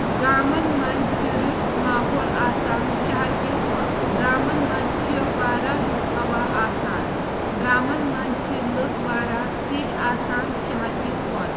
گامَن منٛز چھِ رُت ماحول آسان شَہَر کہِ کھۄتہٕ گامَن منٛز چھِ واراہ رُت ہوا آسان گامَن منٛز چھِ لُکھ واریاہ سیٚدۍ آسان شَہَر کہِ کھۄتہٕ